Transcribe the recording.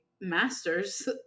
master's